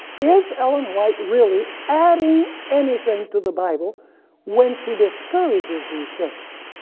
is ellen white really adding anything to the bible when she discourages these things?